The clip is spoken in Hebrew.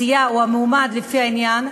הסיעה או המועמד, לפי העניין,